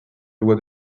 loi